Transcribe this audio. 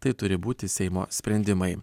tai turi būti seimo sprendimai